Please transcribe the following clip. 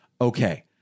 Okay